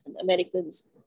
Americans